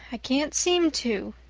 i can't seem to,